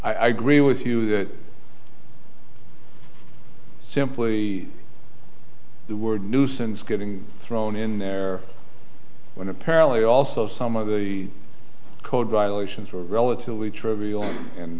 that i agree with you that simply the word nuisance getting thrown in there when apparently also some of the code violations are relatively trivial and